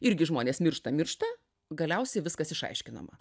irgi žmonės miršta miršta galiausiai viskas išaiškinama